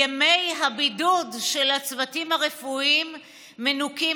ימי הבידוד של הצוותים הרפואיים מנוכים